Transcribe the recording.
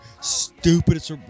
Stupidest